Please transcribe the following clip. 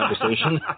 conversation